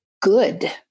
good